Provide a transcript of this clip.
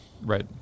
Right